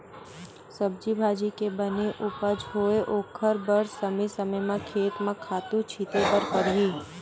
सब्जी भाजी के बने उपज होवय ओखर बर समे समे म खेत म खातू छिते बर परही